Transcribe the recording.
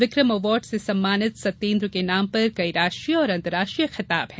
Vikram award से सम्मानित सत्येंद्र के नाम पर कई राष्ट्रीय और अंतर्राष्ट्रीय खिताब हैं